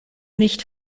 nicht